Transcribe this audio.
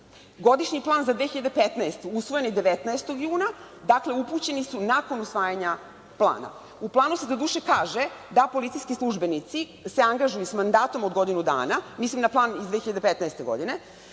Godišnji plan za 2015. godinu usvojen je 19. juna i upućeni su nakon usvajanja plana.U planu se doduše kaže da se policijski službenici angažuju sa mandatom od godinu dana, mislim na plan iz 2015. godine,